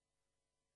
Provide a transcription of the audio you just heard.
הנייה,